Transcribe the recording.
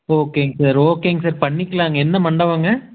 ஓகேங்க சார் ஓகேங்க சார் பண்ணிக்கலாங்க என்ன மண்டபம்ங்க